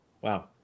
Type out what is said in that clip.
Wow